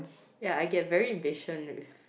ya I get very impatient with